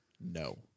No